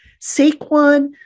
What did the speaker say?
Saquon